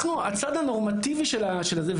אנחנו הצד הנורמטיבי של זה,